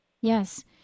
Yes